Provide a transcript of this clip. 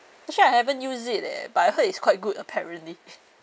actually I haven't use it leh but I heard it's quite good apparently